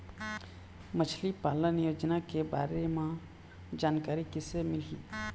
मछली पालन योजना के बारे म जानकारी किसे मिलही?